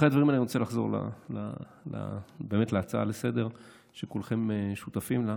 אחרי הדברים אני רוצה לחזור להצעה לסדר-היום שכולכם שותפים לה.